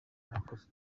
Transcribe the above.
abakozi